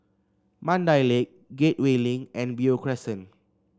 Mandai Lake Gateway Link and Beo Crescent